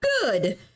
good